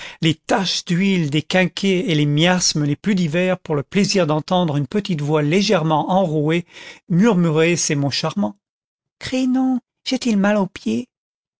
les taches d'huile des quinquets et les miasmes les plus divers pour le plaisir d'entendre une petite voix légèrement enrouée murmurait c'est mon charmant crénom c'est-il mal aux pieds